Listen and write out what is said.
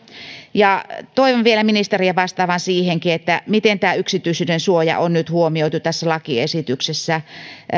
toivon vielä ministerin vastaavan siihenkin miten tämä yksityisyydensuoja on nyt huomioitu tässä lakiesityksessä